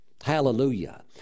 Hallelujah